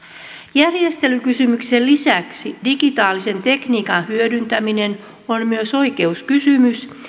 järjestelykysymyksen lisäksi digitaalisen tekniikan hyödyntäminen on myös oikeuskysymys